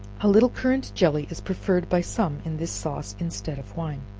a little currant jelly is preferred by some in this sauce instead of wine.